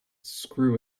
screw